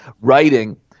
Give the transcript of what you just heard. writing